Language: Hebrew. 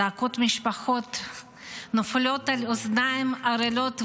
זעקות המשפחות נופלות על אוזניים ערלות,